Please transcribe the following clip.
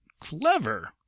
Clever